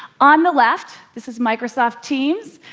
on the left. this is microsoft teams.